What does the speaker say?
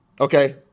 okay